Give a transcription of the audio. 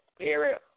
spirit